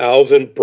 Alvin